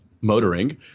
motoring